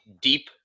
deep